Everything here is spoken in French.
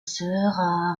sera